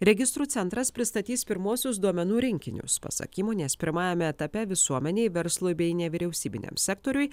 registrų centras pristatys pirmuosius duomenų rinkinius pasak įmonės pirmajame etape visuomenei verslui bei nevyriausybiniam sektoriui